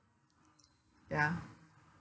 ya